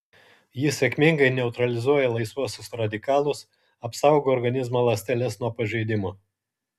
jis sėkmingai neutralizuoja laisvuosius radikalus apsaugo organizmo ląsteles nuo pažeidimo